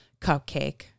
cupcake